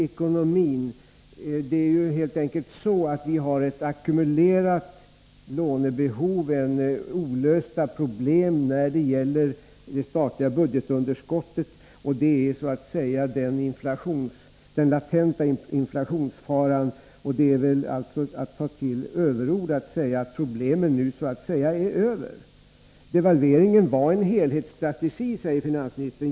Vi har ju helt enkelt ett ackumulerat lånebehov, olösta problem när det gäller det statliga budgetunderskottet. Det är så att säga den latenta inflationsfaran, och det är väl att ta till överord att säga att problemen nu är över. Devalveringen var en helhetsstrategi, säger finansministern.